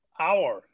hour